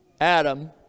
Adam